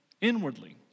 inwardly